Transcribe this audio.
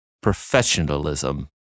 professionalism